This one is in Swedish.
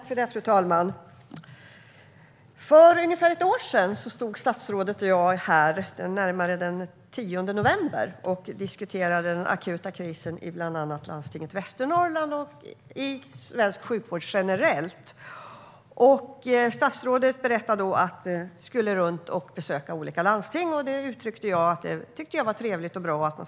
Fru talman! För ungefär ett år sedan, närmare bestämt den 10 november, stod jag och statsrådet här i kammaren och diskuterade den akuta krisen i bland annat Landstinget Västernorrland och i svensk sjukvård generellt. Statsrådet berättade då att han skulle besöka olika landsting. Det tyckte jag var trevligt och bra.